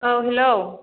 औ हेल'